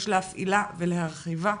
יש להפעילה ולהרחיבה.